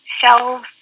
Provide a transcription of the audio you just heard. shelves